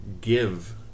give